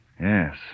Yes